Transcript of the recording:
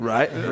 Right